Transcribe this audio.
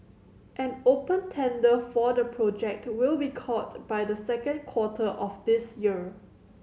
an open tender for the project will be called by the second quarter of this year